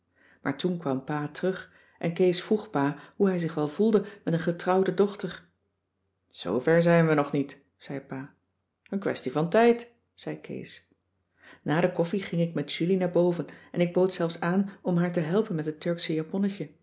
maar toen kwam pa terug en kees vroeg pa hoe hij zich wel voelde met een getrouwde dochter zoo ver zijn we nog niet zei pa n kwestie van tijd zei kees na de koffie ging ik met julie naar boven en ik bood zelfs aan om haar te helpen met het turksche japonnetje